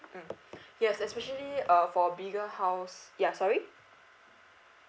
mm yes especially uh for bigger house ya sorry